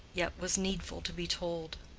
yet was needful to be told.